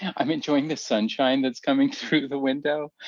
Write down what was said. and i'm enjoying the sunshine that's coming through the window.